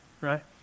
Right